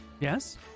Yes